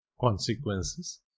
consequences